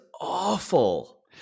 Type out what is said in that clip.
awful